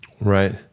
Right